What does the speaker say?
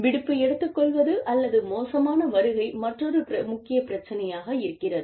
விடுப்பு எடுத்துக்கொள்வது அல்லது மோசமான வருகை மற்றொரு முக்கிய பிரச்சனையாக இருக்கிறது